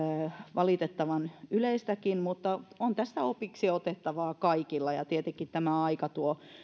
valitettavan yleistäkin mutta on tässä opiksi otettavaa kaikilla ja tietenkin tämä aika tuo